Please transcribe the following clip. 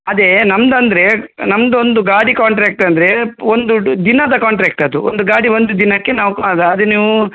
ಅದೇ ನಮ್ದು ಅಂದರೆ ನಮ್ದು ಒಂದು ಗಾಡಿ ಕಾಂಟ್ರ್ಯಾಕ್ಟ್ ಅಂದರೆ ಒಂದು ಡು ದಿನದ ಕಾಂಟ್ರ್ಯಾಕ್ಟ್ ಅದು ಒಂದು ಗಾಡಿ ಒಂದು ದಿನಕ್ಕೆ ನಾವು ಅದು ಅದು ನೀವು